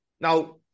Now